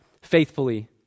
faithfully